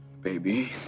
Baby